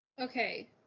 Okay